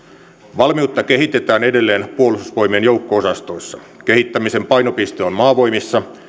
valmiutta kehitetään edelleen puolustusvoimien joukko osastoissa kehittämisen painopiste on maavoimissa